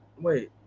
Wait